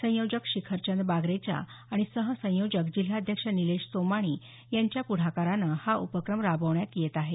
संयोजक शिखरचंद बागरेचा आणि सहसंयोजक जिल्हाध्यक्ष निलेश सोमाणी यांच्या पुढाकारानं हा उपक्रम राबवण्यात येत आहे